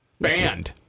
banned